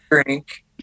Drink